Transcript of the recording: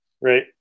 right